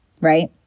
right